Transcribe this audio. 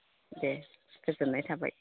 दे गोजोननाय थाबाय